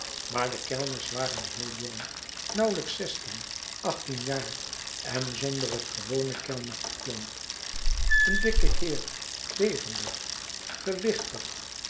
maar de kellners waren heel jong nauwlijks zestien achttien jaar en zonder het gewone kellner aplomb een dikke heer levendig gewichtig